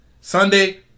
Sunday